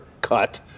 cut